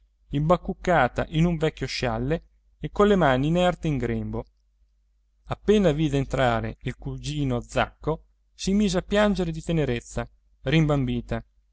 imbacuccata in un vecchio scialle e colle mani inerti in grembo appena vide entrare il cugino zacco si mise a piangere di tenerezza rimbambita